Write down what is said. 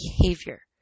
behavior